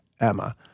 Emma